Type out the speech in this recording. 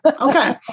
Okay